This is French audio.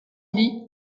lee